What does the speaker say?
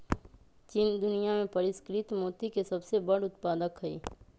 चीन दुनिया में परिष्कृत मोती के सबसे बड़ उत्पादक हई